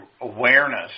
awareness